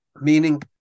meaning